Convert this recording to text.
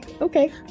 okay